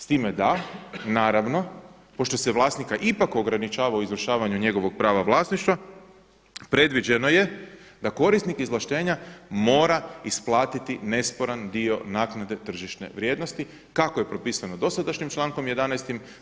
S time da naravno, pošto se vlasnika ipak ograničava u izvršavanju njegovog prava vlasništva predviđeno je da korisnik izvlaštenja mora isplatiti nesporan dio naknade tržišne vrijednosti kako je popisano dosadašnjim člankom 11.